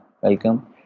Welcome